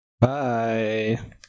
Bye